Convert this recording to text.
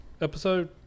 episode